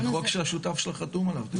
זה חוק שהשותף שלך חתום עליו.